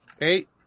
eight